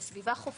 על סביבה חופית,